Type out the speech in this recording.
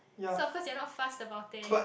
so of course they are not fast about it